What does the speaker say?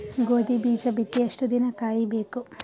ಗೋಧಿ ಬೀಜ ಬಿತ್ತಿ ಎಷ್ಟು ದಿನ ಕಾಯಿಬೇಕು?